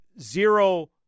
zero